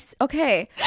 Okay